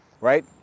right